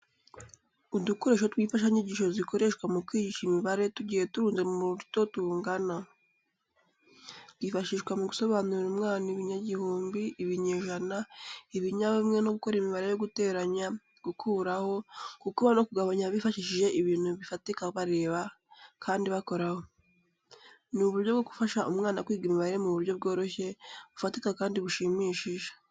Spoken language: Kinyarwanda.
Udukoresho tw'imfashanyigisho zikoreshwa mu kwigisha imibare tugiye turunze mu butyo bungana, twifashishwa mu gusobanurira umwana ibinyagihumbi, ibinyejana, ibinyabumwe no gukora imibare yo guteranya, gukuraho, gukuba no kugabanya bifashishije ibintu bifatika bareba kandi bakoraho. Ni uburyo bwo gufasha umwana kwiga imibare mu buryo bworoshye, bufatika kandi bushimishije.